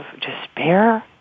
despair